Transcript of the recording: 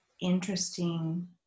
interesting